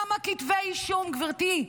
כמה כתבי אישום, גברתי?